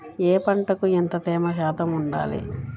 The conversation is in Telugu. ఏ పంటకు ఎంత తేమ శాతం ఉండాలి?